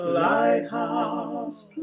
lighthouse